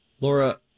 Laura